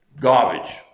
Garbage